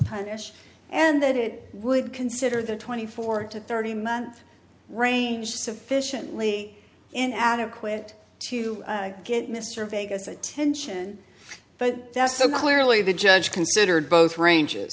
punish and that it would consider the twenty four to thirty month range sufficiently in adequate to get mr vegas attention but does so clearly the judge considered both range